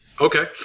okay